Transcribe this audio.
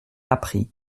appris